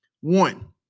One